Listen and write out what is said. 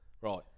right